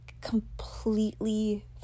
completely